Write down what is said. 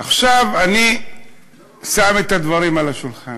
עכשיו אני שם את הדברים על השולחן.